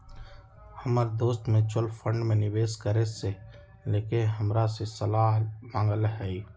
हमर दोस mutual fund में निवेश करे से लेके हमरा से सलाह मांगलय ह